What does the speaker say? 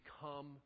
become